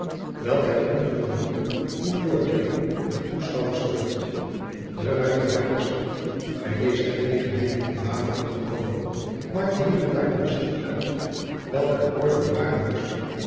welke het ongure dier moest doortrekken met toeschouwers vervuld de schutterij der stad bij deze gelegenheid in de wapenen gekomen maakte hier en daar de bezetting uit welke de orde bewaren moest